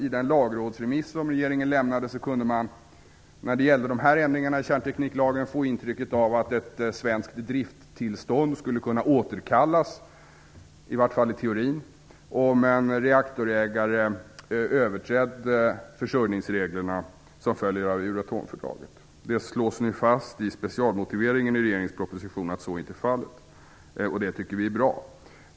I den lagrådsremiss som regeringen lämnade kunde man när det gällde de här ändringarna i kärntekniklagen få intrycket att ett svenskt driftstillstånd skulle kunna återkallas, i varje fall i teorin, om en reaktorägare överträtt försörjningsreglerna som följer av Euratomfördraget. Det slås nu fast i specialmotiveringen i regeringens proposition att så inte är fallet, och det tycker vi är bra.